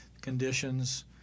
conditions